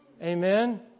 Amen